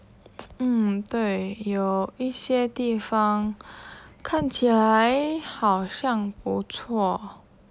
嗯对有一些地方看起来好像不错